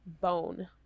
bone